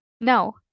No